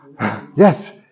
Yes